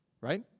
Right